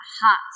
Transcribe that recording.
hot